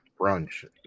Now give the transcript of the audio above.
brunch